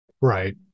right